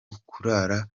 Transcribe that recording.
ukurara